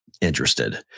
interested